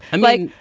and like,